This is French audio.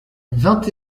vingt